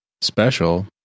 Special